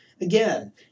Again